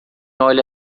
olha